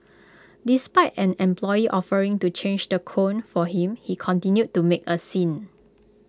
despite an employee offering to change the cone for him he continued to make A scene